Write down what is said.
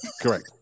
Correct